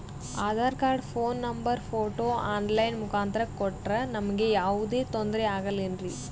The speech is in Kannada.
Aadhaar card, phone number, photo online ಮುಖಾಂತ್ರ ಕೊಟ್ರ ನಮಗೆ ಯಾವುದೇ ತೊಂದ್ರೆ ಆಗಲೇನ್ರಿ?